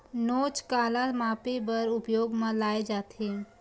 नोच काला मापे बर उपयोग म लाये जाथे?